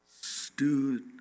stood